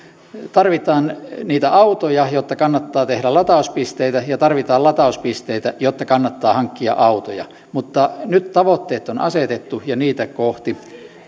tarvitaan niitä autoja jotta kannattaa tehdä latauspisteitä ja tarvitaan latauspisteitä jotta kannattaa hankkia autoja nyt tavoitteet on asetettu ja niitä kohti